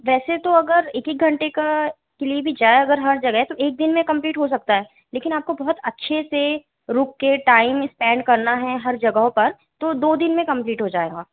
वैसे तो अगर एक एक घंटे का के लिए भी जाए अगर हर जगह तो एक दिन में कंप्लीट हो सकता है लेकिन आपको बहुत अच्छे से रुक के टाइम इस्पेन्ड करना है हर जगहों पर तो दो दिन में कंप्लीट हो जाएगा